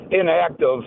inactive